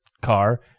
car